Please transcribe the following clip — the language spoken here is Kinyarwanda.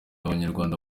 abanyarwanda